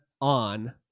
on